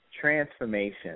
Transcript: transformation